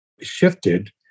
shifted